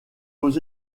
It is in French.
aux